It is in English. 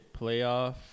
playoff